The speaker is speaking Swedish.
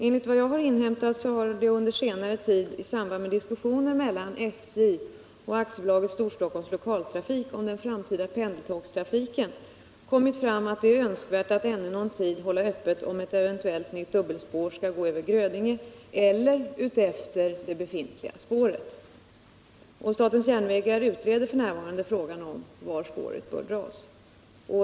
Enligt vad jag har inhämtat har det under senare tid i samband med diskussioner mellan statens järnvägar och AB Storstockholms Lokaltrafik om den framtida pendeltågstrafiken kommit fram att det är önskvärt att ännu en tid hålla öppet om ett eventuellt nytt dubbelspår skall gå över Grödinge eller utefter det befintliga spåret. Statens järnvägar utreder f. n. frågan om var spåret bör dras.